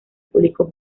público